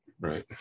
right